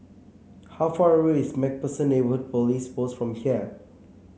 how far away is MacPherson Police Post from here